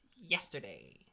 Yesterday